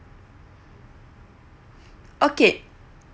okay